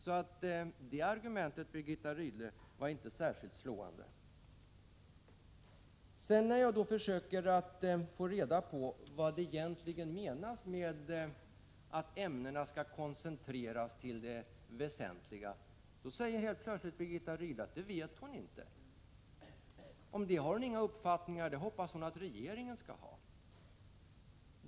Birgitta Rydles exempel var alltså inte särskilt slående. När jag vidare försöker få reda på vad som egentligen menas med att ämnena skall koncentreras till det väsentliga säger Birgitta Rydle helt plötsligt att hon inte vet det. Hon har inga uppfattningar om det utan hoppas att regeringen skall ha det.